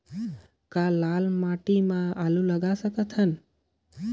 कौन लाल माटी म आलू लगा सकत हन?